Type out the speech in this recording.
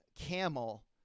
camel